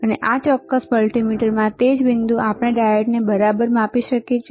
અને આ ચોક્કસ મલ્ટિમીટરમાં તે જ બિંદુ આપણે ડાયોડને બરાબર માપી શકીએ છીએ